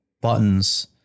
buttons